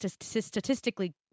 statistically